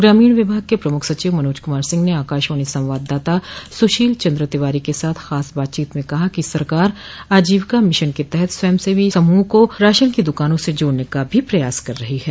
ग्रामीण विभाग के प्रमुख सचिव मनोज कुमार सिंह ने आकाशवाणी संवाददाता सुशील चन्द्र तिवारी के साथ खास बातचीत में कहा कि सरकार आजीविका मिशन के तहत स्वयं सेवी समूहों को राशन की दुकानों से जोड़ने का भी प्रयास कर रही है